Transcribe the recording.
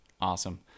Awesome